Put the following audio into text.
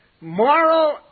moral